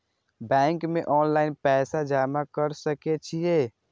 Bank में online पैसा जमा कर सके छीये?